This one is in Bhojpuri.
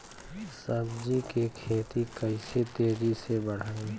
सब्जी के खेती के कइसे तेजी से बढ़ाई?